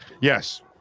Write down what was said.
Yes